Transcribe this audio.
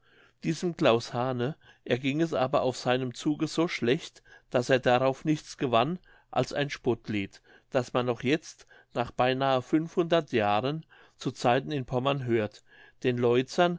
diesem claus hane erging es aber auf seinem zuge so schlecht daß er darauf nichts gewann als ein spottlied das man noch jetzt nach beinahe jahren zu zeiten in pommern hört den